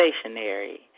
stationary